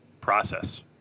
process